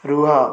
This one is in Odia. ରୁହ